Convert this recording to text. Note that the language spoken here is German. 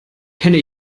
kenne